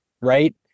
Right